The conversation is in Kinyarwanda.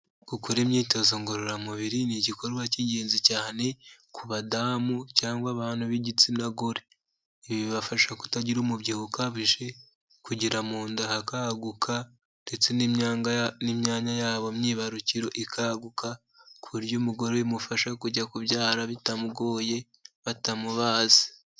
Gukora imyitozo ngororamubiri, ni igikorwa cy'ingenzi cyane ku badamu, cyangwa abantu b'igitsina gore, ibi bibafasha kutagira umubyibuho ukabije, kugira mu nda haguka, ndetse n'imyanya yabo myibarukiro ikaguka, ku buryo umugore bimufasha kujya kubyara bitamugoye, batamubaze.